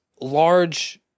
large